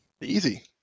Easy